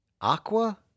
Aqua